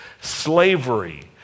Slavery